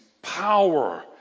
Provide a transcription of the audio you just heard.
Power